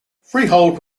freehold